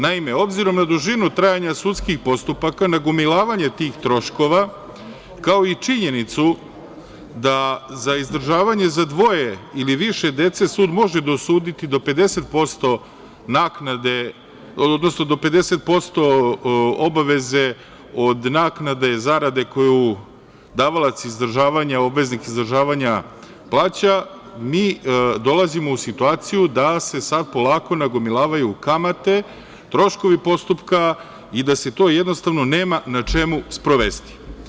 Naime, obzirom da dužinu trajanja sudskih postupaka, nagomilavanje tih troškova, kao i činjenicu da za izdržavanje za dvoje ili više dece sud može dosuditi do 50% obaveze od naknade zarade koju davalac izdržavanja, obveznik izdržavanja plaća, mi dolazimo u situaciju da se sada polako nagomilavaju kamate, troškovi postupka i da se to jednostavno nema na čemu sprovesti.